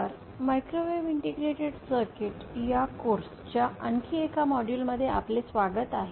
'microwave integrated circuits' या कोर्स च्या आणखी एक मॉड्यूलमध्ये आपले स्वागत आहे